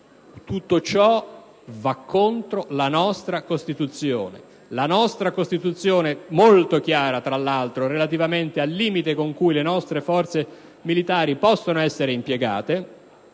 tutto ciò va contro la nostra Costituzione che, tra l'altro, è molto chiara relativamente al limite con cui le nostre forze militari possono essere impiegate.